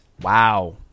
Wow